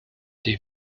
die